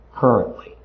currently